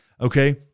okay